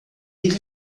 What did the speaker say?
ele